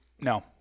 No